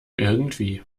irgendwie